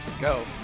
go